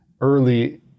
early